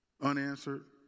unanswered